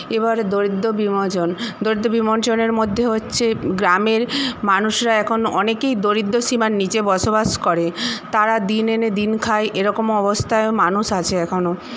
এবার দরিদ্র বিমোচন দরিদ্র বিমোচনের মধ্যে হচ্ছে গ্রামের মানুষরা এখন অনেকেই দরিদ্র সীমার নিচে বসবাস করে তারা দিন এনে দিন খায় এইরকম অবস্থায়ও মানুষ আছে এখনও